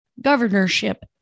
governorship